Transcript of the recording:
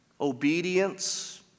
Obedience